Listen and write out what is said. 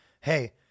hey